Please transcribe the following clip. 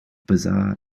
bizarre